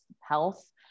health